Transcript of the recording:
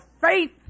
faith